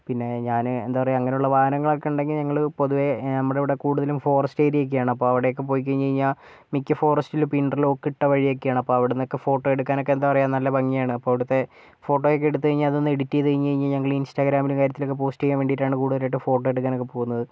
പിന്നേ ഞാൻ എന്താ പറയാ അങ്ങനെയുള്ള വാഹനങ്ങളൊക്കെ ഉണ്ടെങ്കിൽ ഞങ്ങൾ പൊതുവേ നമ്മുടെ ഇവിടെ കൂടുതലും ഫോറസ്റ്റ് ഏരിയൊക്കെയാണ് അപ്പോൾ അവിടെയൊക്കെ പോയിക്കഴിഞ്ഞു കഴിഞ്ഞാൽ മിക്ക ഫോറസ്റ്റിലും ഇപ്പോൾ ഇൻറർലോക്കിട്ട വഴിയൊക്കെയാണ് അപ്പോൾ അവിടുന്നൊക്കെ ഫോട്ടോയെടുക്കാനൊക്കെ എന്താ പറയാ നല്ല ഭംഗിയാണ് അപ്പോൾ അവിടുത്തെ ഫോട്ടോയൊക്കെ എടുത്തുകഴിഞ്ഞാൽ അതൊന്ന് എഡിറ്റ് ചെയ്ത് കഴിഞ്ഞ് കഴിഞ്ഞാൽ ഞങ്ങൾ ഇൻസ്റ്റാഗ്രാമിൽ കാര്യത്തിലൊക്കെ പോസ്റ്റ് ചെയ്യാൻ വേണ്ടിയിട്ടാണ് കൂടുതലായിട്ടും ഫോട്ടോയെടുക്കാനൊക്കെ പോകുന്നത്